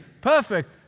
perfect